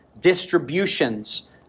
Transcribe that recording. distributions